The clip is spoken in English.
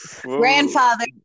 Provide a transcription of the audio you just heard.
Grandfather